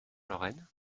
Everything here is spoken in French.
lorraine